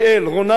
משה רוזנבוים,